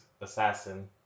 assassin